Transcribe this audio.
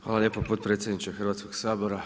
Hvala lijepo potpredsjedniče Hrvatskog sabora.